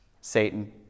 Satan